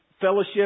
Fellowship